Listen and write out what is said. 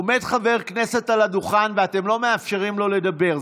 עומד חבר כנסת על הדוכן ואתם לא מאפשרים לו לדבר.